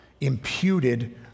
imputed